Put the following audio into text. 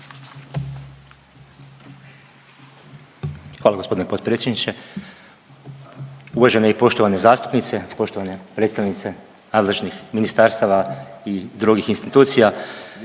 Hvala g. potpredsjedniče. Uvažene i poštovane zastupnice, poštovane predstavnice nadležnih ministarstava i drugih institucija.